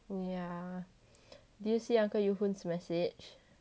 yeah did you see uncle yu hoon's message